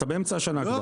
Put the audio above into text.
אתה באמצע השנה כבר.